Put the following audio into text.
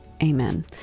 amen